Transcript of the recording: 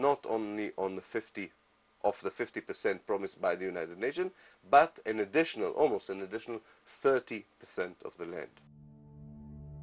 not only on the fifty of the fifty percent promised by the united nation but an additional almost an additional thirty percent of the